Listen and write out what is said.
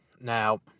Now